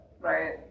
right